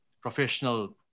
professional